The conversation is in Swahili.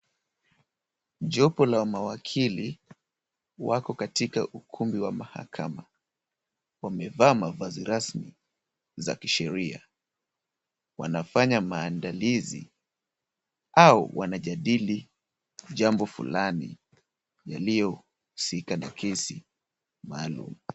Jopo la mawakili wako katika ukumbi wa mahakama. Wamevaa mavazi rasmi za kisheria. Wanafanya maandalizi au wanajadili jambo fulani yaliyohusika na kesi maalum.